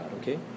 okay